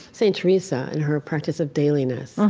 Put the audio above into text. saint teresa and her practice of dailiness,